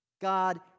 God